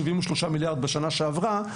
73 מיליארד בשנה שעברה,